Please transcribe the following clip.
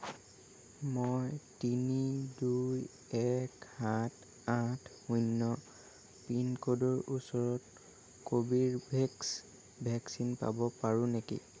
মই তিনি দুই এক সাত আঠ শূন্য পিন ক'ডৰ ওচৰত কবীভেক্স ভেকচিন পাব পাৰোঁ নেকি